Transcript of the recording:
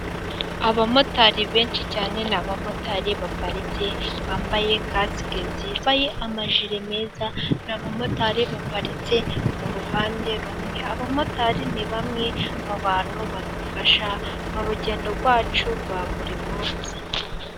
Abamotari benshi cyane, ni abamotari baparitse bambaye kasike nziza, amajire meza. Ni abamotari baparitse mu ruhande rumwe. Abamotari ni bamwe mu bantu badufasha mu rugendo rwacu rwa buri munsi.